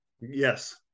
Yes